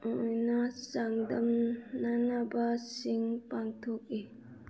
ꯑꯣꯏꯅ ꯆꯥꯡꯗꯝꯅꯅꯕꯁꯤꯡ ꯄꯥꯡꯊꯣꯛꯏ